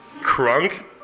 Crunk